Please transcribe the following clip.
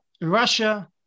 Russia